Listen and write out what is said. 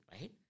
right